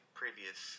previous